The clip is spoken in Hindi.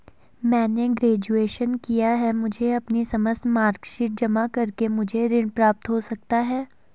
मैंने ग्रेजुएशन किया है मुझे अपनी समस्त मार्कशीट जमा करके मुझे ऋण प्राप्त हो सकता है?